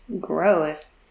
growth